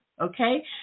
okay